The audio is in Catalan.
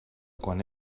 quan